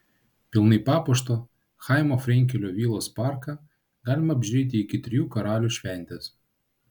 pilnai papuoštą chaimo frenkelio vilos parką galima apžiūrėti iki trijų karalių šventės